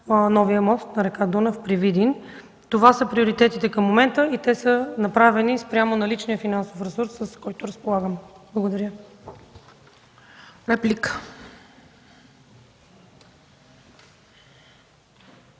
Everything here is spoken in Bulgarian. новия мост на р. Дунав при Видин. Това са приоритетите към момента. Те са направени спрямо наличния финансов ресурс, с който разполагаме. Благодаря.